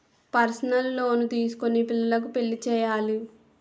personal loan తీసుకొని పిల్లకు పెళ్లి చేయాలి